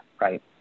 Right